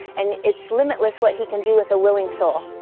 and it's limitless what he can do with a willing soul.